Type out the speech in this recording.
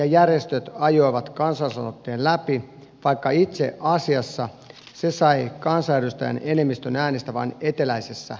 media ja järjestöt ajoivat kansalaisaloitteen läpi vaikka itse asiassa se sai enemmistön kansanedustajien äänistä vain eteläisessä suomessa